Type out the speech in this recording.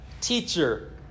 teacher